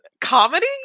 comedy